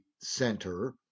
center